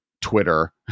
Twitter